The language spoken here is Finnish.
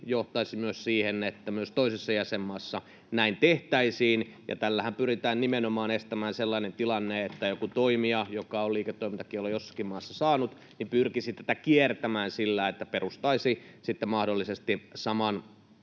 johtaisi siihen, että myös toisessa jäsenmaassa näin tehtäisiin. Ja tällähän pyritään nimenomaan estämään sellainen tilanne, että joku toimija, joka on liiketoimintakiellon jossakin maassa saanut, pyrkisi tätä kiertämään sillä, että perustaisi sitten mahdollisesti saman